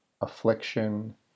affliction